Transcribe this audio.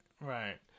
Right